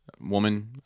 Woman